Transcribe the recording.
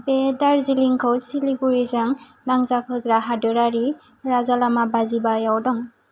बे दार्जिलिंगखौ सिलीगुरिजों नांजाबहोग्रा हादोरारि राजालामा बाजिबायाव दं